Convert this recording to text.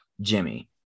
Jimmy